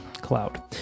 Cloud